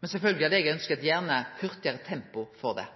men sjølvsagt hadde eg gjerne ønskt eit hurtigare tempo her.